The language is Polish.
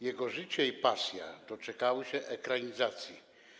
Jego życie i pasja doczekały się ekranizacji.